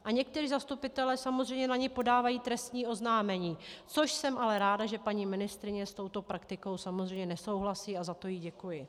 A někteří zastupitelé na ně samozřejmě podávají trestní oznámení, což jsem ale ráda, že paní ministryně s touto praktikou samozřejmě nesouhlasí, a za to jí děkuji.